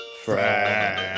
friend